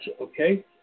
okay